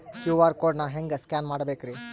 QR code ನಾ ಹೆಂಗ scan ಮಾಡಬೇಕ್ರಿ?